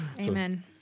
Amen